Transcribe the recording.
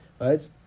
Right